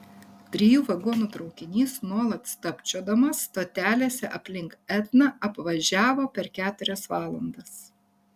trijų vagonų traukinys nuolat stabčiodamas stotelėse aplink etną apvažiavo per keturias valandas